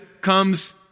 comes